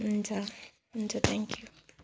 हुन्छ हुन्छ thank you